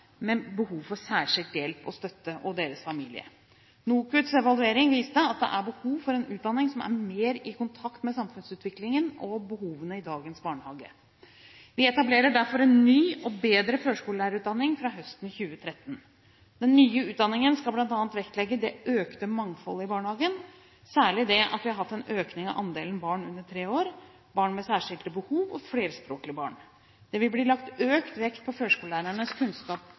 behov for særskilt hjelp og støtte og deres familier. NOKUTs evaluering viste at det er behov for en utdanning som er mer i takt med samfunnsutviklingen og behovene i dagens barnehage. Vi etablerer derfor en ny og bedre førskolelærerutdanning fra høsten 2013. Den nye utdanningen skal bl.a. vektlegge det økte mangfoldet i barnehagen, særlig det at vi har hatt en økning av andelen barn under tre år, barn med særskilte behov og flerspråklige barn. Det vil bli lagt økt vekt på førskolelærernes kunnskap